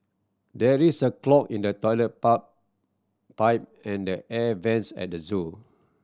there is a clog in the toilet pipe and the air vents at the zoo